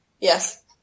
Yes